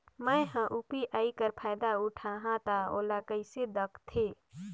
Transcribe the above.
मैं ह यू.पी.आई कर फायदा उठाहा ता ओला कइसे दखथे?